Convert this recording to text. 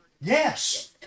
Yes